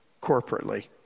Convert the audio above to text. corporately